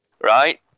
right